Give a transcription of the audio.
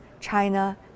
China